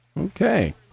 okay